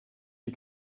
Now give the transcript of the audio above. die